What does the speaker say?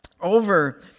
Over